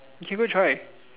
you can go try